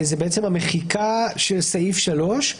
זה המחיקה של סעיף 3,